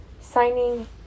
signing